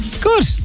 Good